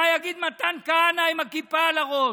מה יגיד מתן כהנא עם הכיפה על הראש,